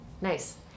Nice